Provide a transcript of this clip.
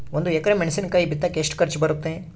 ಒಂದು ಎಕರೆ ಮೆಣಸಿನಕಾಯಿ ಬಿತ್ತಾಕ ಎಷ್ಟು ಖರ್ಚು ಬರುತ್ತೆ?